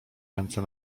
ręce